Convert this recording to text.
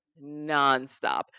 nonstop